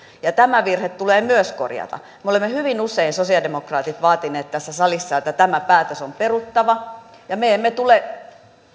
tämä virhe tulee myös korjata me olemme hyvin usein sosialidemokraatit vaatineet tässä salissa että tämä päätös on peruttava ja me emme tule